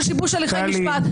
של שיבוש הליכי משפט,